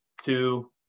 Two